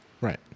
right